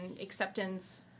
acceptance